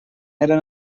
eren